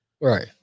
Right